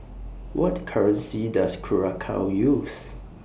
What currency Does Curacao use